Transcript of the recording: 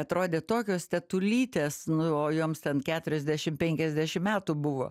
atrodė tokios tetulytės na o joms ant keturiasdešim penkiasdešim metų buvo